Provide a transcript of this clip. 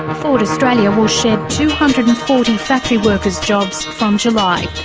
ford australia will shed two hundred and forty factory workers' jobs from july.